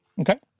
okay